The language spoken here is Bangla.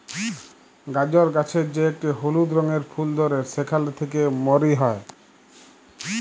গাজর গাছের যে একটি হলুদ রঙের ফুল ধ্যরে সেখালে থেক্যে মরি হ্যয়ে